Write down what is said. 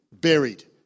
buried